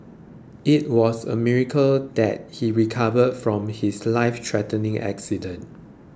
it was a miracle that he recovered from his lifethreatening accident